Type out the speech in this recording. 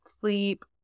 sleep